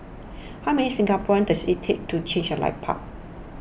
how many Singaporeans does it take to change a light bulb